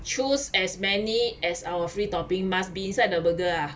choose as many as our free topping must be inside the burger ah